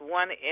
one